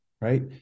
right